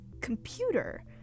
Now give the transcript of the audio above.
computer